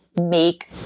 make